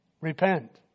Repent